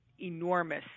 enormous